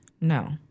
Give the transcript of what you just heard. No